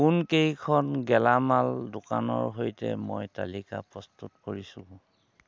কোনকেইখন গেলামাল দোকানৰ সৈতে মই তালিকা প্ৰস্তুত কৰিছোঁ